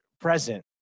present